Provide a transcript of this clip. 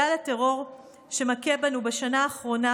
גל הטרור שמכה בנו בשנה האחרונה